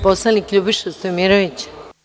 Poslanik Ljubiša Stojmirović.